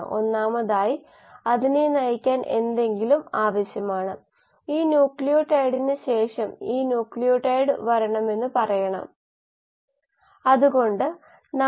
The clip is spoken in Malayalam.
നിങ്ങൾ മന്ദഗതിയിലുള്ള പ്രക്രിയയിൽ ശ്രദ്ധ കേന്ദ്രീകരിക്കുകയാണെങ്കിൽ വളരെ വേഗതയേറിയ പ്രക്രിയ യഥാർത്ഥത്തിൽ സ്ഥിരതയുള്ള അവസ്ഥയിലാണെങ്കിലും ഇല്ലെങ്കിലും സ്ഥിരതയുള്ള അവസ്ഥയിലാണെന്ന് അനുമാനിക്കാം അതാണ് കപട സ്ഥിരത